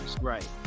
Right